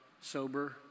sober